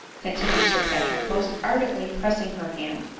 continued sir patrick, most ardently pressing her hand,